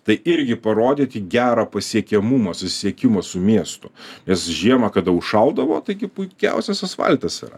tai irgi parodyti gerą pasiekiamumą susisiekimą su miestu nes žiemą kada užšaldavo taigi puikiausias asfaltas yra